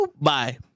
Bye